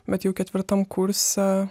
bet jau ketvirtam kurse